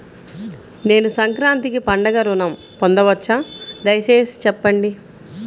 నేను సంక్రాంతికి పండుగ ఋణం పొందవచ్చా? దయచేసి చెప్పండి?